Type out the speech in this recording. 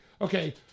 Okay